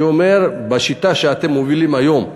אני אומר, בשיטה שאתם מובילים היום,